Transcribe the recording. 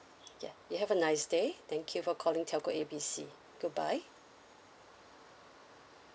yeah you have a nice day thank you for calling telco A B C goodbye